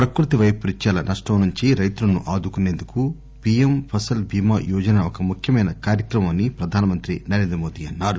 ప్రకృతి వైపరీత్యాల నష్టం నుంచి రైతులను ఆదుకుసేందుకు పిఎం ఫసల్ భీమా యోజన ఒక ముఖ్యమైన కార్యక్రమం అని ప్రధానమంత్రి నరేంద్రమోదీ అన్నారు